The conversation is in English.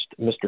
Mr